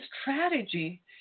strategy